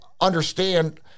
understand